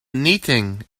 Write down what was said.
knitting